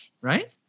Right